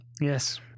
Yes